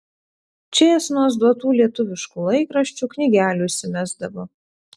čėsnos duotų lietuviškų laikraščių knygelių įsimesdavo